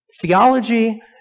Theology